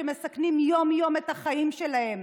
שמסכנים יום-יום את החיים שלהם.